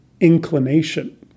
inclination